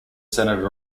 senate